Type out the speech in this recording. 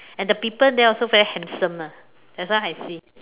and the people there also very handsome ah that's why I see